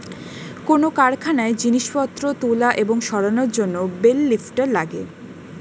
কোন কারখানায় জিনিসপত্র তোলা এবং সরানোর জন্যে বেল লিফ্টার লাগে